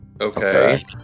okay